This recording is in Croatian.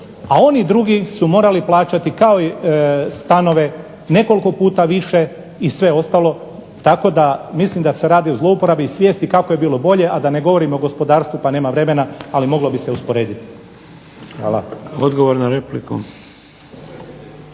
a oni drugi su morali plaćati kao i stanove nekoliko puta više i sve ostalo. Tako da mislim da se radi o zlouporabi svijesti kako je bilo bolje, a da ne govorim o gospodarstvu pa nema vremena ali bi se moglo usporediti. Hvala. **Šeks,